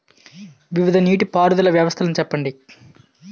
వివిధ నీటి పారుదల వ్యవస్థలను చెప్పండి?